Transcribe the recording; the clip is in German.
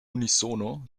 unisono